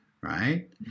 right